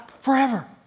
forever